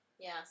Yes